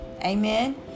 Amen